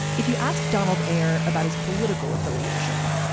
if you ask donald eyre about his political affiliation,